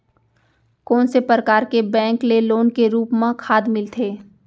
कोन से परकार के बैंक ले लोन के रूप मा खाद मिलथे?